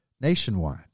nationwide